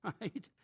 right